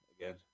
again